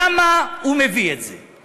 למה הוא מביא את זה?